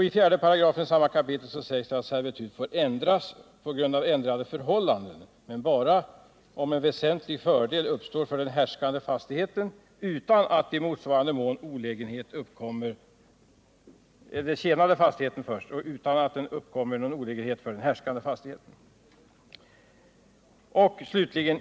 I kapitlets 4§ sägs det att servitut får ändras på grund av ändrade förhållanden och om väsentlig fördel uppstår för den tjänande fastigheten utan att olägenhet uppkommer för den härskande fastigheten.